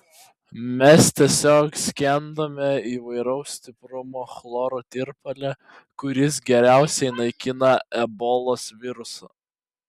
mes tiesiog skendome įvairaus stiprumo chloro tirpale kuris geriausiai naikina ebolos virusą